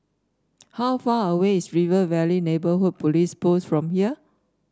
how far away is River Valley Neighbourhood Police Post from here